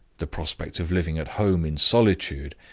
the prospect of living at home in solitude,